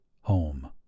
home